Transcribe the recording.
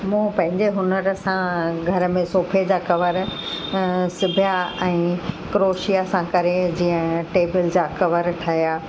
मूं पंहिंजे हुनर सां घर में सोफ़े जा कवर सिबिया ऐं क्रॉशिया सां करे जीअं टेबिल जा कवर ठाहिया